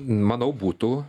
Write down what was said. manau būtų